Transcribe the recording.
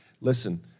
Listen